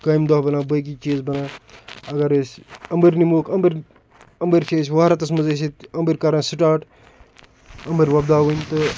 کامہِ دۄہ بَنان بٲقی چیٖز بَنان اَگر أسۍ اَمبٕرۍ نِمووکھ اَمبٕرۍ اَمبٕرۍ چھِ أسۍ واہراتَس منٛز أسۍ ییٚتہٕ اَمبٕرۍ کَران سِٹاٹ اَمبٕرۍ وۄپداوٕنۍ تہٕ